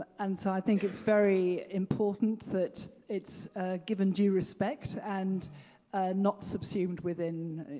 and so i think it's very important that it's given due respect and not subsumed within